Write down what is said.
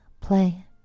play